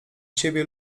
ciebie